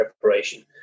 preparation